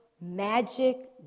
magic